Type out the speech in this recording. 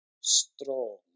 strong